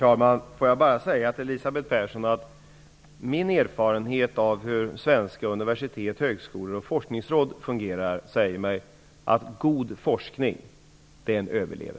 Herr talman! Min erfarenhet av hur svenska universitet, högskolor och forskningsråd fungerar säger mig att god forskning alltid överlever.